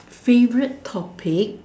favorite topic